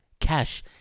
cash